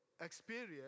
experience